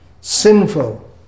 sinful